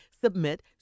Submit